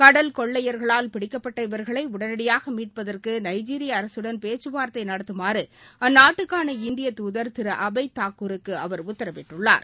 கடல் கொள்ளையர்களால் பிடிக்கப்பட்ட இவர்களை உடனடியாக மீட்பதற்கு நைஜீரிய அரசுடன் பேச்சுவார்த்தை நடத்துமாறு அந்நாட்டுக்கான இந்தியத் துதர் திரு அபய் தாக்கூருக்கு அவர் உத்தரவிட்டுள்ளார்